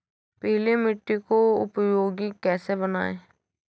पीली मिट्टी को उपयोगी कैसे बनाएँ?